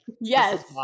Yes